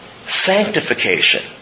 Sanctification